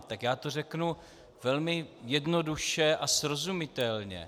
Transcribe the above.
Tak já to řeknu velmi jednoduše a srozumitelně.